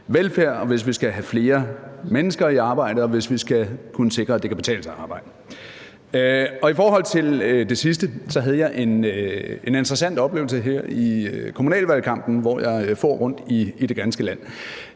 hvis vi skal have flere mennesker i arbejde, og hvis vi skal kunne sikre, at det kan betale sig at arbejde. I forhold til det sidste havde jeg en interessant oplevelse her i kommunalvalgkampen, hvor jeg for rundt i det ganske land.